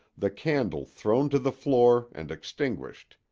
the candle thrown to the floor and extinguished,